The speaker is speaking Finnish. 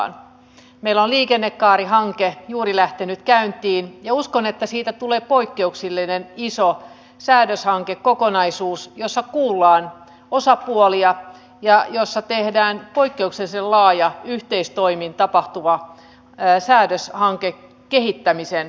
meillä on liikennekaarihanke juuri lähtenyt käyntiin ja uskon että siitä tulee poikkeuksellinen iso säädöshankekokonaisuus jossa kuullaan osapuolia ja kehitetään yhteistoimin poikkeuksellisen laaja kokonaisuus